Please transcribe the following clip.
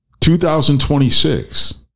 2026